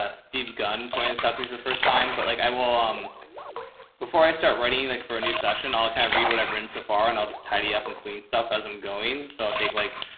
ah steve gunpoint in south korea for the first time, but like i will, um before i start writing, like for a new session, i'll kind of read what i've written so far and i'll just tidy up and clean stuff as i'm going. so i'll take like,